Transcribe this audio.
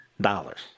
dollars